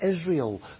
Israel